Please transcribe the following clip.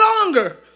longer